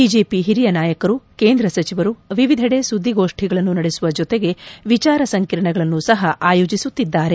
BJP ಹಿರಿಯ ನಾಯಕರು ಕೇಂದ್ರ ಸಚಿವರು ವಿವಿಧೆಡೆ ಸುದ್ದಿಗೋಷ್ಠಿಗಳನ್ನು ನಡೆಸುವ ಜತೆಗೆ ವಿಚಾರ ಸಂಕಿರಣಗಳನ್ನು ಸಹ ಆಯೋಜಿಸುತ್ತಿದ್ದಾರೆ